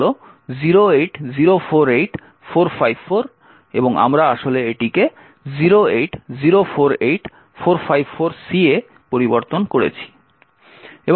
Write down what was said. আসল return address হল 08048454 এবং আমরা আসলে এটিকে 08048454C এ পরিবর্তন করেছি